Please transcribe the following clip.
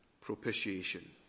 propitiation